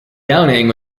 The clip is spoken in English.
downing